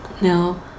No